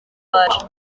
bacu